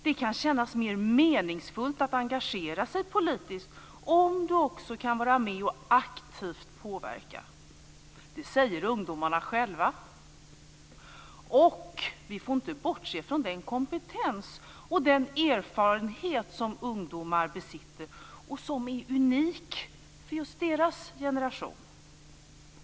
Det kan kännas mer meningsfullt att engagera sig politisk om man också kan vara med och aktivt påverka. Det säger ungdomarna själva. Vi får inte bortse från den kompetens och den erfarenhet som ungdomar besitter och som är unik för just deras generation.